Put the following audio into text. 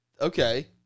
Okay